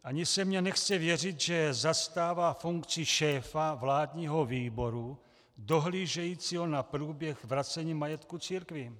Ani se mně nechce věřit, že zastává funkci šéfa vládního výboru dohlížejícího na průběh vracení majetku církvím.